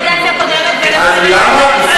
בקדנציה הקודמת למה?